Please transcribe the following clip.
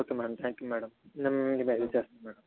okay madam thank you madam నేను మీకు message చేస్తాను మ్యాడం